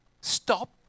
stop